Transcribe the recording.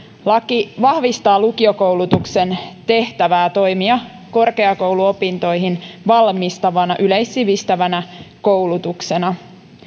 laki vahvistaa lukiokoulutuksen tehtävää toimia korkeakouluopintoihin valmistavana yleissivistävänä koulutuksena